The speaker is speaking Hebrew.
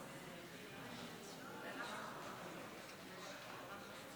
מצביע קטי קטרין שטרית,